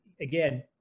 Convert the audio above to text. again